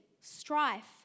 strife